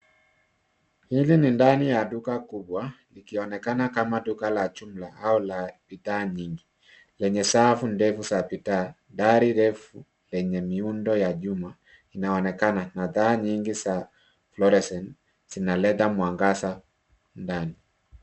Hili ni ndani ya duka kubwa likionekana kama duka la jumla au la bidhaa nyingi lenye safu ndefu za bidhaa. Dari refu lenye miundo ya chuma inaonekana na taa nyingi za fluorescent zinaleta mwangaza ndani.